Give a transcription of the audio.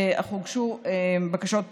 אך הוגשו בקשות דיבור.